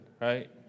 right